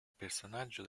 personaggio